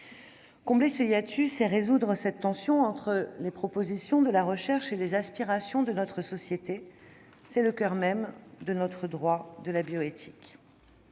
Combler ce hiatus et résoudre cette tension entre les propositions de la recherche et les aspirations de notre société, c'est le coeur même de notre droit de la bioéthique.